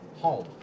home